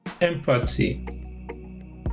empathy